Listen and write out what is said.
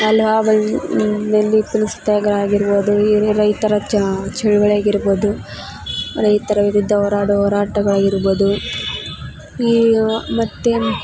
ಅಲಹಾಬಾದ್ ನಲ್ಲಿ ಉಪ್ಪಿನ ಸತ್ಯಾಗ್ರಹ ಆಗಿರ್ಬೋದು ಹೀಗೆ ರೈತರ ಚಳವಳಿ ಆಗಿರ್ಬೋದು ರೈತರ ವಿರುದ್ಧ ಹೋರಾಡೋ ಹೋರಾಟಗಳಾಗಿರ್ಬೋದು ಈಗ ಮತ್ತು